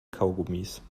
kaugummis